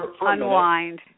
unwind